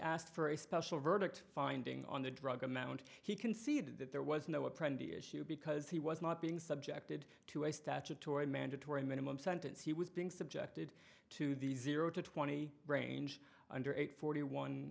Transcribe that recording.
asked for a special verdict finding on the drug amount he conceded that there was no apprentice because he was not being subjected to a statutory mandatory minimum sentence he was being subjected to the zero to twenty range under age forty one